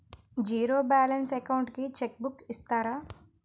Zero balance account కి cheque book ఇస్తారా?